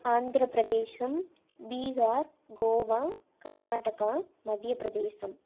ஆந்திரப்பிரதேஷம் Bihar Goa Karnataka Madhya Pradesh